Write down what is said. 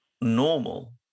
normal